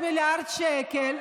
166 מיליארד שקל,